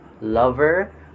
Lover